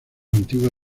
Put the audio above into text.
antigua